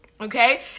okay